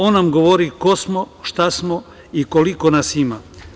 On nam govori ko smo, šta smo i koliko nas ima.